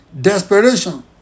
desperation